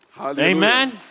Amen